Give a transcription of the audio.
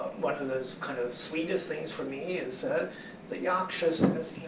one of those kind of sweetest things for me is that the yaksha so